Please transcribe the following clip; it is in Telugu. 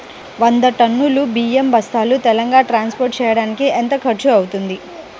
వంద టన్నులు బియ్యం బస్తాలు తెలంగాణ ట్రాస్పోర్ట్ చేయటానికి కి ఎంత ఖర్చు అవుతుంది?